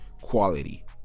Quality